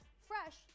fresh